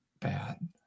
bad